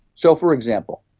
so, for example,